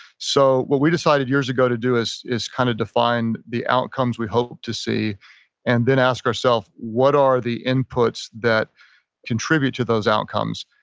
so what we decided years ago to do is is kind of define the outcomes we hope to see and then ask ourself what are the inputs that contribute to those outcomes.